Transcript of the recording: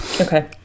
Okay